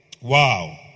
Wow